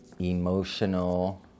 emotional